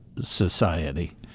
society